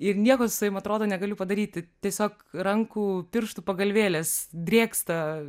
ir nieko su savim atrodo negaliu padaryti tiesiog rankų pirštų pagalvėlės drėksta